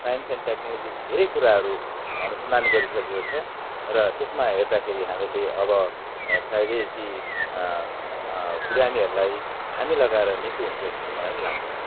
science and टेक्नोलोजीले धेरै कुराहरू अनुसन्धान गरिसकेको छ र त्यसमा हेर्दाखेरि हामीले अब सायदै ती बिरामीहरलाई धामी लगाएर निको हुन्छ जस्तो चाहिँ मलाई लाग्दैन